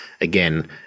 again